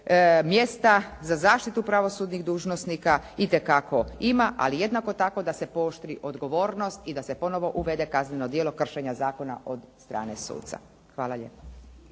Mjesta za zaštitu pravosudnih dužnosnika itekako ima, ali jednako tako da se pooštri odgovornost i da se ponovo uvede kazneno djelo kršenja zakona od strane suca. Hvala lijepa.